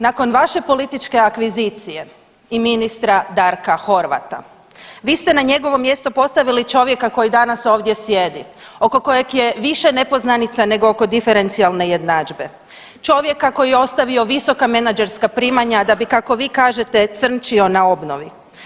Nakon vaše političke akvizicije i ministra Darka Horvata, vi ste na njegovo mjesto postavili čovjeka koji danas ovdje sjedi, oko kojeg je više nepoznanica nego oko diferencijalne jednadžbe, čovjeka koji je ostavio visoka menadžerska primanja da bi kako vi kažete crnčio na obnovi.